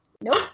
Nope